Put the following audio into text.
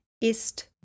ist